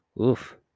oof